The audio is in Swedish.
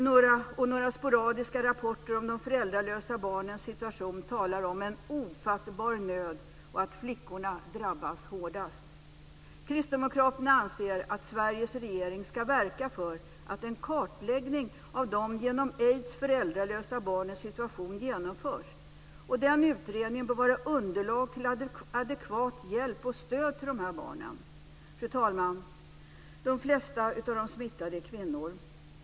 Och några sporadiska rapporter om de föräldralösa barnens situation talar om en ofattbar nöd och att flickorna drabbas hårdast. Kristdemokraterna anser att Sveriges regering ska verka för att en kartläggning av de genom aids föräldralösa barnens situation genomförs. Den utredningen bör vara underlag för adekvat hjälp och stöd till de här barnen. Fru talman! De flesta av de smittade är kvinnor.